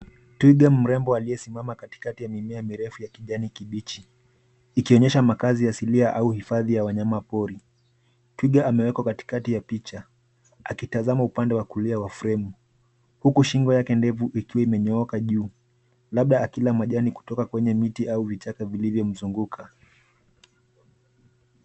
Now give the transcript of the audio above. Twiga mrefu mrembo aliyesimama katikati ya mimiea mirefu ya kijani kibichi, ikionyesha makazi asilia au hifadhi ya wanyama pori. Twiga amewekwa katikati ya picha akitazama upande wa kulia wa fremu, huku shingo yake ndefu ikiwa imenyooka juu; labda akila majani kutoka kwenye miti au vichaka vilivyo mzunguka.